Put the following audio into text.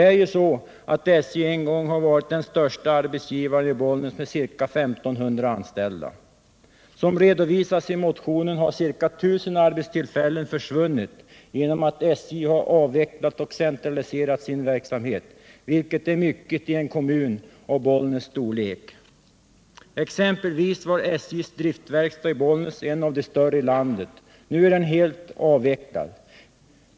SJ har en gång varit den största arbetsgivaren i Bollnäs med ca 1 500 anställda. Som redovisats i motionen har ca 1 000 arbetstillfällen försvunnit genom att SJ har avvecklat eller centraliserat sin verksamhet, och det är mycket i en kommun av Bollnäs storlek. Exempelvis var SJ:s driftverkstad i Bollnäs en av de större i landet. Nu är den avvecklad.